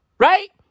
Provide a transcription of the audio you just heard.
Right